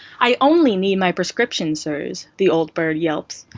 i only need my prescription, sirs! the old bird yelps,